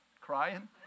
crying